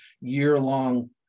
year-long